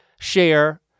share